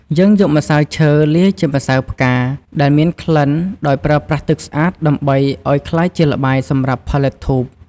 យើងយកម្សៅឈើ លាយជាម្សៅផ្កាដែលមានក្លិនដោយប្រើប្រាស់ទឺកស្អាតដើម្បីឲ្យក្លាយជាល្បាយសម្រាប់ផលិតធូប។